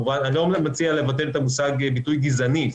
אני לא מציע לבטל את המושג "ביטוי גזעני",